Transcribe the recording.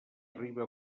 arriba